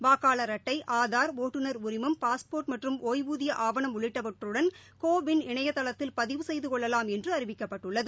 வாக்காளர் அட்டை ஆதார் ஓட்டுநர் உரிமம் பாஸ்போர்ட் மற்றும் ஓய்வூதிய ஆவணம் உள்ளிட்டவற்றுடன் கோ விள் இணையதளத்தில் பதிவு செய்து கொள்ளலாம் என்று அறிவிக்கப்பட்டுள்ளது